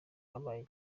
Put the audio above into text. habaye